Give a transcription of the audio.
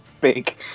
big